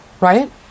right